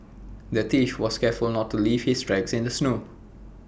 the thief was careful not to leave his tracks in the snow